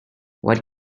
what